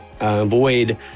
avoid